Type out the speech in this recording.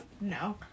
No